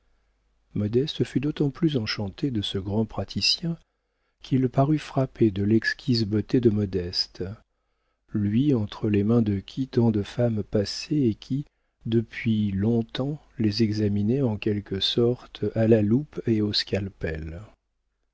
modeste fut d'autant plus enchantée de ce grand praticien qu'il parut frappé de l'exquise beauté de modeste lui entre les mains de qui tant de femmes passaient et qui depuis longtemps les examinait en quelque sorte à la loupe et au scalpel